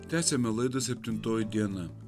tęsiame laidą septintoji diena